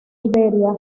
iberia